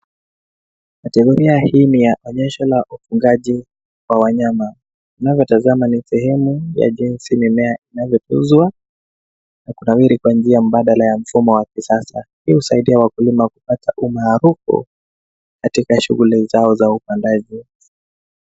Kategoria hii ni ya onyesho la ufugaji wa wanyama. Unalotazama ni sehemu ya jinsi mimea inavyokuzwa na kunawiri kwa njia mbadala ya mfumo wa kisasa. Hii husaidia wakulima kupata umaarufu katika shughuli zao za upandaji.